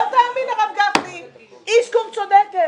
לא תאמין, הרב גפני, "איסכור" צודקת.